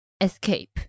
escape